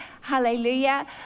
hallelujah